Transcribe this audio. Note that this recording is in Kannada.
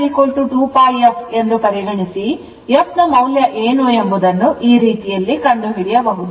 ω2 πf ಎಂದು ಪರಿಗಣಿಸಿ f ನ ಮೌಲ್ಯ ಏನು ಎಂಬುದನ್ನು ಈ ರೀತಿಯಲ್ಲಿ ಕಂಡುಹಿಡಿಯಬಹುದು